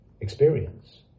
experience